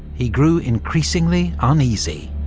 he grew increasingly uneasy.